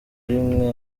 rimwe